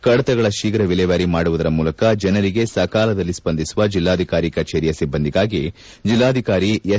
ಕಡತಗಳ ಶೀಘ ವಿಲೇವಾರಿ ಮಾಡುವುದರ ಮೂಲಕ ಜನರಿಗೆ ಸಕಾಲದಲ್ಲಿ ಸ್ಪಂದಿಸುವ ಜಿಲ್ಲಾಧಿಕಾರಿ ಕಚೇರಿಯ ಸಿಬ್ಬಂದಿಗಾಗಿ ಜಿಲ್ಲಾಧಿಕಾರಿ ಎಸ್